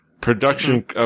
Production